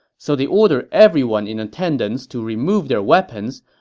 so they ordered everyone in attendance to remove their weapons,